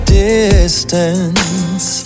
distance